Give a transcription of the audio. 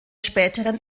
späteren